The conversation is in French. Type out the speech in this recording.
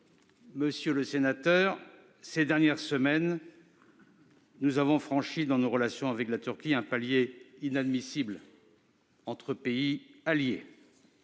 majeurs. Mais, ces dernières semaines, nous avons franchi dans nos relations avec la Turquie un palier inadmissible entre pays alliés.